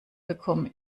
bekomme